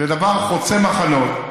זה דבר חוצה מחנות,